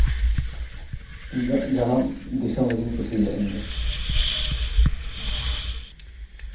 ᱤᱧ ᱫᱚ ᱡᱟᱱᱟᱢ ᱫᱤᱥᱚᱢ ᱨᱮᱜᱮᱧ ᱠᱩᱥᱤᱭᱟᱜᱼᱟ ᱤᱧ ᱫᱚ